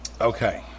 Okay